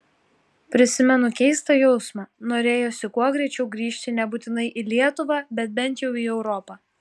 prisimenu keistą jausmą norėjosi kuo greičiau grįžti nebūtinai į lietuvą bet bent jau į europą